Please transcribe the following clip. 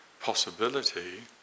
possibility